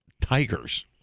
tigers